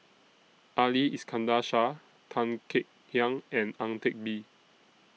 Ali Iskandar Shah Tan Kek Hiang and Ang Teck Bee